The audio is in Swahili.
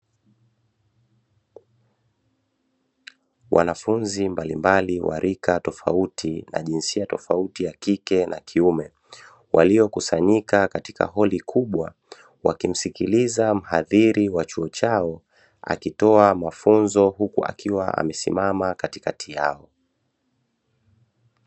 Wanafunzi mbalimbali wa rika tofauti na jinsia tofauti ya kike na kiume, waliokusanyika katika ukumbi mkubwa, wakimsikiliza mhadhiri wa chuo chao, akitoa mafunzo huku akiwa amesimama katikati yao.